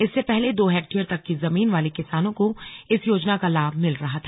इससे पहले दो हेक्टेयर तक की जमीन वाले किसानों को इस योजना का लाभ मिल रहा था